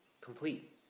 complete